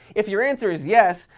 if your answer is yes,